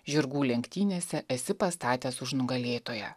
žirgų lenktynėse esi pastatęs už nugalėtoją